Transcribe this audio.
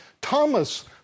Thomas